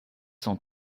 sans